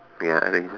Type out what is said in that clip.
ya arrange